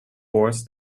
horse